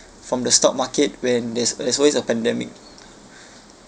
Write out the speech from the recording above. from the stock market when there's there's always a pandemic